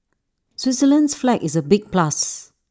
Switzerland's flag is A big plus